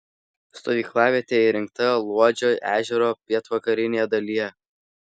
stovyklavietė įrengta luodžio ežero pietvakarinėje dalyje